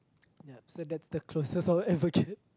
yup so that's the closest I will ever get